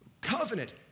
covenant